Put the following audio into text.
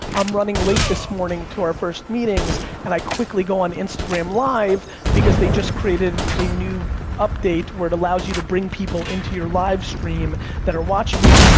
i'm running late this morning to our first meetings, and i quickly go on instagram live because they just created a new update where it allows you to bring people into your livestream that are watching you,